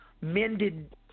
mended